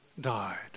died